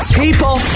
People